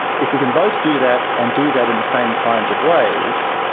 if we can both do that and do that in the same kinds of ways,